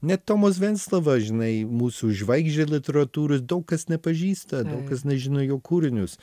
net tomas venclova žinai mūsų žvaigždė literatūros daug kas nepažįsta daug kas nežino jo kūrinius